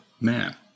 Man